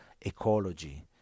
ecology